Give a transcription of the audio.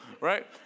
right